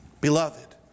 Beloved